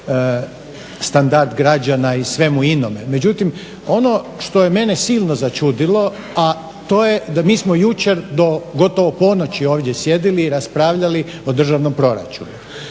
standard građana i svemu inome. Međutim, ono što je mene silno začudilo, a to je da mi smo jučer do gotovo ponoći ovdje sjedili i raspravljali o državnom proračunu.